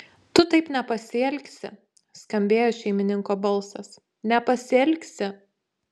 tu taip nepasielgsi skambėjo šeimininko balsas nepasielgsi